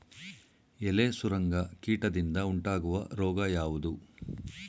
ಎಲೆ ಸುರಂಗ ಕೀಟದಿಂದ ಉಂಟಾಗುವ ರೋಗ ಯಾವುದು?